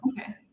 okay